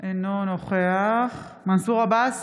אינו נוכח מנסור עבאס,